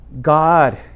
god